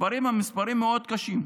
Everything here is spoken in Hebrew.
המספרים הם מספרים מאוד קשים.